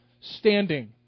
standing